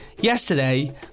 Yesterday